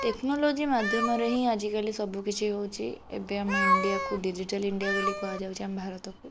technology ମାଧ୍ୟମରେ ହିଁ ଆଜିକାଲି ସବୁ କିଛି ହେଉଛି ଏବେ ଆମ ଇଣ୍ଡିଆକୁ ଡିଜିଟାଲ ଇଣ୍ଡିଆ ବୋଲି କୁହାଯାଉଛି ଆମ ଭାରତକୁ